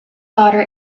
daughter